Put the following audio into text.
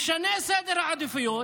משנה את סדר העדיפויות,